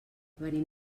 venim